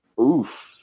Oof